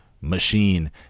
machine